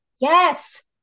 yes